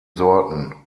sorten